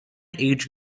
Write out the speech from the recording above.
age